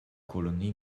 kolonie